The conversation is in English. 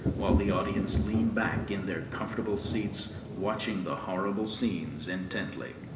while the audience leaned back in their comfortable seats, watching the horrible scenes intently.